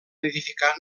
edificar